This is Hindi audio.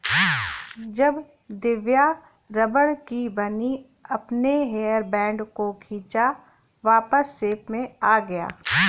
जब दिव्या रबड़ की बनी अपने हेयर बैंड को खींचा वापस शेप में आ गया